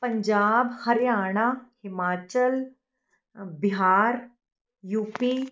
Punjab Haryana Himachal Bihar U ਪੀ